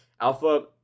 alpha